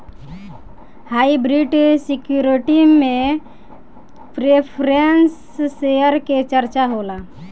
hybrid security में preference share के चर्चा होला